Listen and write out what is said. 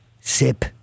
sip